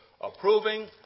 approving